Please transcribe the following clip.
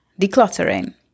decluttering